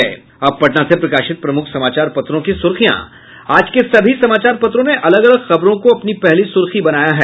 अब पटना से प्रकाशित प्रमुख समाचार पत्रों की सुर्खियां आज के सभी समाचार पत्रों ने अलग अलग खबरों को अपनी पहली सुर्खी बनाया है